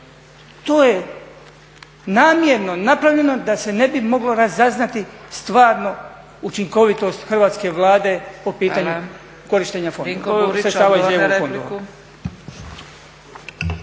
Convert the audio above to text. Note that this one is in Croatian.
To je namjerno napravljeno da se ne bi moglo razaznati stvarno učinkovitost hrvatske Vlade po pitanju korištenja fondova